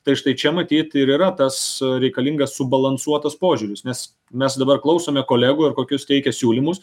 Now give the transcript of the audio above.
tai štai čia matyt ir yra tas reikalingas subalansuotas požiūris nes mes dabar klausome kolegų ir kokius teikia siūlymus